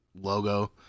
logo